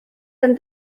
ben